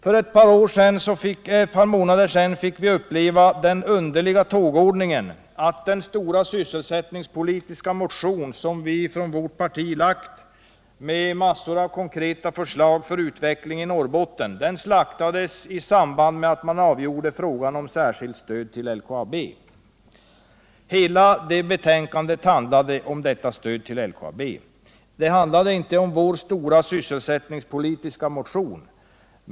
För ett par månader sedan fick vi uppleva den underliga tågordningen att den stora sysselsättningspolitiska motion, som vi från vårt parti lagt fram med massor av konkreta förslag för utveckling i Norrbotten, slaktades i samband med att man avgjorde frågan om särskilt stöd till LKAB. Hela det betänkandet handlade om detta stöd till LKAB, men inte om vår stora sysselsättningspolitiska motion.